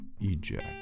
eject